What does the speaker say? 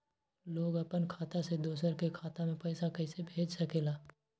लोग अपन खाता से दोसर के खाता में पैसा कइसे भेज सकेला?